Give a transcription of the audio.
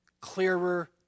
clearer